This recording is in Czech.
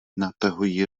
natahují